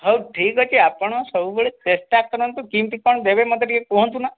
ହେଉ ଠିକ୍ ଅଛି ଆପଣ ସବୁବେଳେ ଚେଷ୍ଟା କରନ୍ତୁ କିମିତି କ'ଣ ଦେବେ ମୋତେ ଟିକିଏ କୁହନ୍ତୁନା